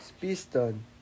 Piston